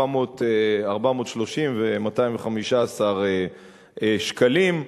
430 ו-215 שקלים.